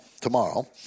tomorrow